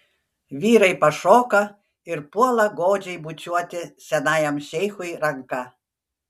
vyrai pašoka ir puola godžiai bučiuoti senajam šeichui ranką